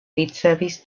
ricevis